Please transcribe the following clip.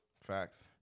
Facts